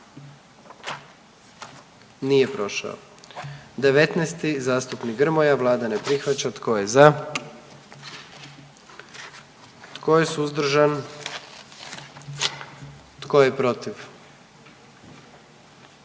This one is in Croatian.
44. Kluba zastupnika SDP-a, vlada ne prihvaća. Tko je za? Tko je suzdržan? Tko je protiv?